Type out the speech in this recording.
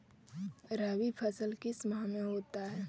रवि फसल किस माह में होता है?